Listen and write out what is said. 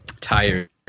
Tired